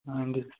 ਹਾਂਜੀ